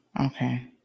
okay